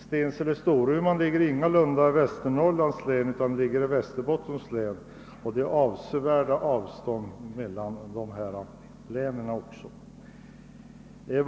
Stensele—Storuman ligger inga lunda i Västernorrlands utan i Västerbottens län, och avstånden mellan de båda länen är avsevärda.